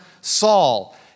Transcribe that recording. Saul